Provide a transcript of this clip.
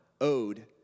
owed